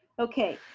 okay.